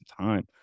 time